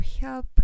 help